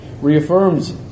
reaffirms